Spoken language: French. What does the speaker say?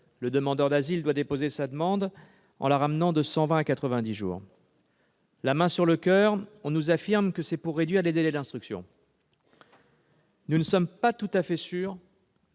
le demandeur d'asile doit déposer sa demande. La main sur le coeur, on nous affirme que c'est pour réduire les délais d'instruction. Nous ne sommes pas tout à fait sûrs